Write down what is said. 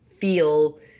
feel